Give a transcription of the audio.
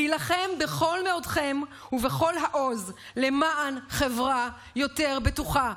להילחם בכל מאודכם ובכל העוז למען חברה יותר בטוחה.